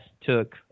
took